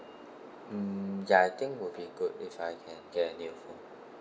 mm ya I think would be good if I can get a new phone